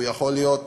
הוא יכול להיות